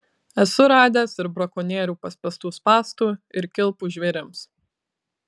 esu radęs ir brakonierių paspęstų spąstų ir kilpų žvėrims